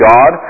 God